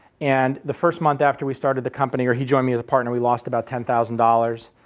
and the first month after we started the company or he joined me as a partner we lost about ten thousand dollars.